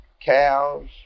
cows